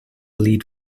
lead